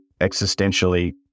existentially